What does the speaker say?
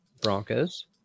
Broncos